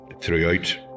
throughout